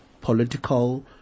political